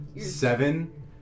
seven